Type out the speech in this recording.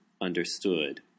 understood